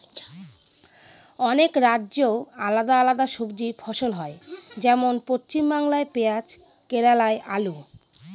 অনেক রাজ্যে আলাদা আলাদা সবজি ফসল হয়, যেমন পশ্চিমবাংলায় পেঁয়াজ কেরালায় আলু